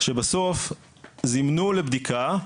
שבסוף זימנו לבדיקה,